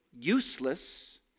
useless